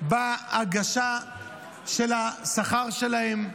בהגשה של השכר שלהם.